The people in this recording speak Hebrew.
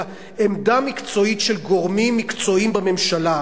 אלא עמדה מקצועית של גורמים מקצועיים בממשלה,